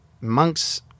monks